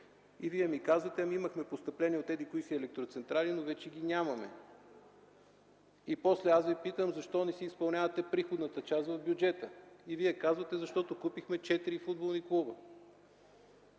и Вие ми казвате: „Ами, имахме постъпления от еди-кои електроцентрали, но вече ги нямаме.” И после аз Ви питам: „Защо не си изпълнявате приходната част в бюджета?” и Вие казвате: „Защото купихме четири футболни клуба.”